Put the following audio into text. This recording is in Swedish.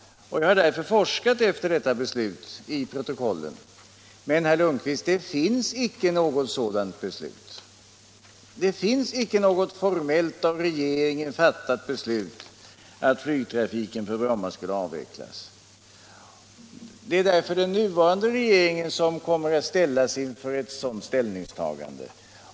Jag har därför forskat efter detta beslut i protokollen. Men, herr Lundkvist, det finns inte något sådant beslut. Det finns inte något formellt av regeringen fattat beslut att flygtrafiken på Bromma skall avvecklas. Det är därför den nuvarande regeringen som tvingas göra det ställningstagandet.